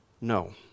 No